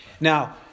Now